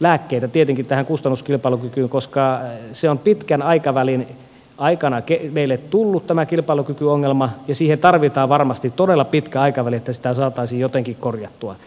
lääkkeitä koska tämä kilpailukykyongelma on pitkän aikavälin aikana meille tullut ja siihen tarvitaan varmasti todella pitkä aikaväli että sitä saataisiin jotenkin korjattua